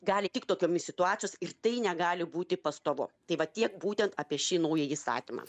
gali tik tokiomis situacijos ir tai negali būti pastovu tai va tiek būtent apie šį naująjį įstatymą